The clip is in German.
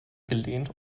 gelehnt